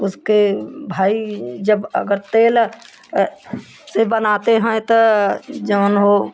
उसके भाई जब अगर तेल से बनाते हैं त जौन हो